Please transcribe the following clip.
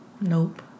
Nope